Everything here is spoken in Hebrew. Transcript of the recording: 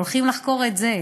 הולכים לחקור את זה,